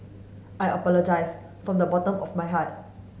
I apologise from the bottom of my heart